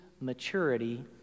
maturity